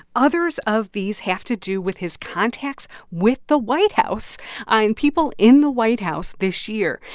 others of these have to do with his contacts with the white house and people in the white house this year.